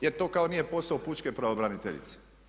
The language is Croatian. Jer to kao nije posao pučke pravobraniteljice.